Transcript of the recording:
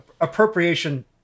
appropriation